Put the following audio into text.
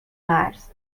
مرز